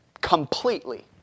Completely